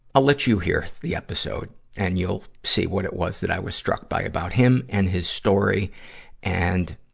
i'll let you hear the episode and you'll see what it was that i was struck by about him and his story and,